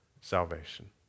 salvation